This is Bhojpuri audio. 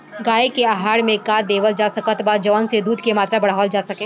गाय के आहार मे का देवल जा सकत बा जवन से दूध के मात्रा बढ़ावल जा सके?